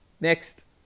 Next